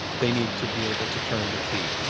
they need to be able to turn the key.